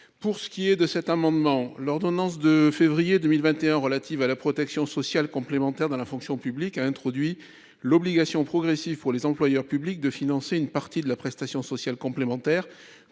loi. J’en viens à cet amendement. L’ordonnance du 17 février 2021 relative à la protection sociale complémentaire dans la fonction publique a introduit l’obligation progressive pour les employeurs publics de financer une partie de la prestation sociale complémentaire